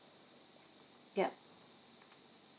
yup